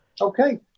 Okay